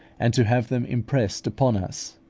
and to have them impressed upon us.